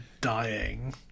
dying